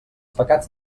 pecats